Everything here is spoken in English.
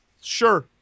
sure